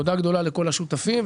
תודה גדולה לכל השותפים,